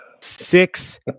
Six